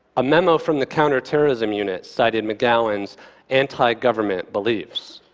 a memo from the counterterrorism unit cited mcgowan's anti-government beliefs.